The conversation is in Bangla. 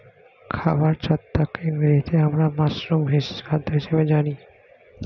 খাবার ছত্রাককে ইংরেজিতে আমরা মাশরুম খাদ্য হিসেবে জানি